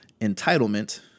entitlement